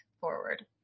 forward